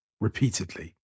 repeatedly